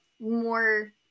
more